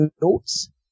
notes